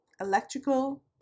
electrical